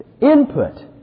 input